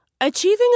Achieving